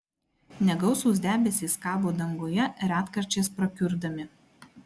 negausūs debesys kabo danguje retkarčiais prakiurdami